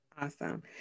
Awesome